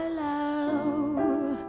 love